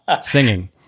singing